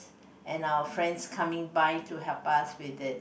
and our friends coming by to help us with it